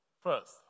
first